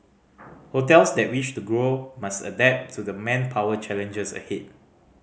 hotels that wish to grow must adapt to the manpower challenges ahead